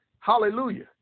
Hallelujah